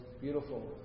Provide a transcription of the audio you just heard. beautiful